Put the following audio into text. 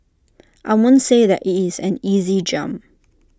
I won't say that IT is an easy jump